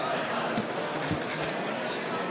לרבות השרים,